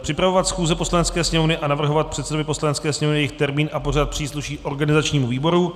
Připravovat schůze Poslanecké sněmovny a navrhovat předsedovi Poslanecké sněmovny jejich termín a pořad přísluší organizačnímu výboru.